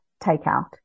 takeout